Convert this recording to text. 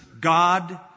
God